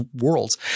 worlds